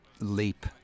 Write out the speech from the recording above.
leap